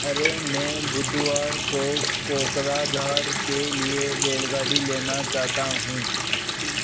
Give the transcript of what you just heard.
अरे मैं बुधवार को कोकराझाड़ के लिए रेलगाड़ी लेना चाहता हूँ